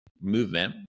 movement